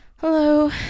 hello